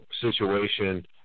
situation